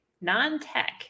non-tech